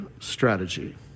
strategy